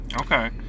Okay